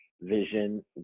vision